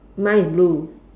mine is blue